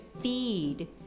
feed